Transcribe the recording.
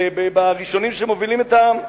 בראשונים שמובילים את העם.